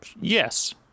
yes